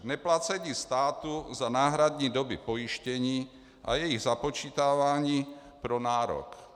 Neplacení státu za náhradní doby pojištění a jejich započítávání pro nárok.